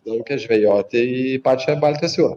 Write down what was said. plaukia žvejoti į pačią baltijos jūrą